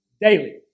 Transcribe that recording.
daily